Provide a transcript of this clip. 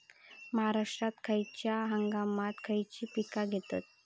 महाराष्ट्रात खयच्या हंगामांत खयची पीका घेतत?